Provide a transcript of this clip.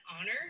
honor